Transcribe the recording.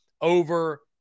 over